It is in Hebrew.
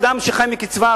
אדם שחי מקצבה,